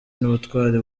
n’ubutwari